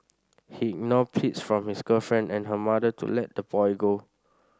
he ignored pleas from his girlfriend and her mother to let the boy go